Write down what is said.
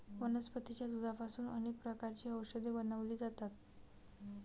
वनस्पतीच्या दुधापासून अनेक प्रकारची औषधे बनवली जातात